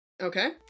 Okay